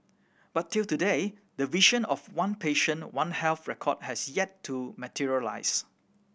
but till today the vision of one patient One Health record has yet to materialise